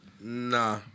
Nah